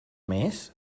més